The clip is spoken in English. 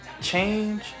change